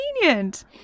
convenient